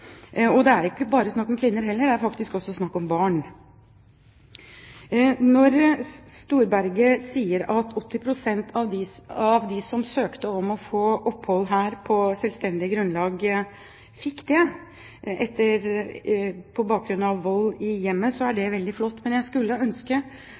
Og det er ikke bare snakk om kvinner heller, det er faktisk også snakk om barn. Når Storberget sier at 80 pst. av dem som søkte om å få opphold her på selvstendig grunnlag, fikk det på bakgrunn av vold i hjemmet, er